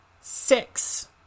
six